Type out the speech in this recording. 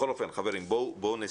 בכל אופן חברים, בואו נסכם.